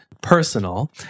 personal